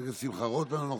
חבר הכנסת שמחה רוטמן,